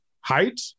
height